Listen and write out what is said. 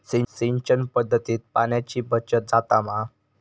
सिंचन पध्दतीत पाणयाची बचत जाता मा?